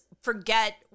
forget